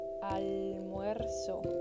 almuerzo